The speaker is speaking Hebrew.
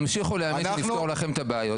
תמשיכו להאמין שנפתור לכם את הבעיות,